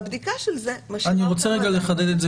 והבדיקה של זה --- אני רוצה רגע לחדד את זה